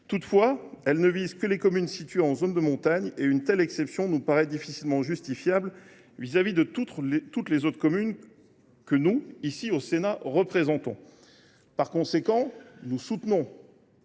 Toutefois, elle ne vise que les communes situées en zone de montagne. Une telle exception nous paraît difficilement justifiable vis à vis de toutes les autres communes, que nous, ici au Sénat, représentons. Par conséquent, nous voterons